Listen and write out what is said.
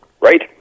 right